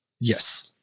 Yes